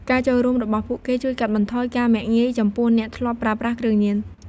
ការចូលរួមរបស់ពួកគេជួយកាត់បន្ថយការមាក់ងាយ ចំពោះអ្នកធ្លាប់ប្រើប្រាស់គ្រឿងញៀន។